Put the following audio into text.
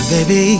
Baby